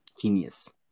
genius